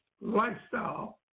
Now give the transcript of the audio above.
lifestyle